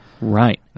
Right